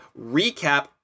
recap